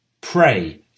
Pray